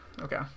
Okay